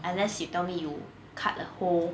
unless you tell me you cut a hole